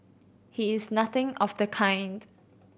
he is nothing of the kind